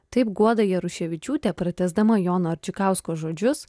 taip guoda jaruševičiūtė pratęsdama jono arčikausko žodžius